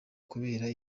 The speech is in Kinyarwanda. kubera